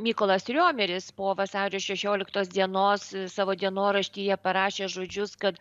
mykolas riomeris po vasario šešioliktos dienos savo dienoraštyje parašė žodžius kad